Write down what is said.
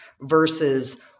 versus